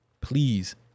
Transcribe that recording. please